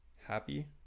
happy